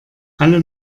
alle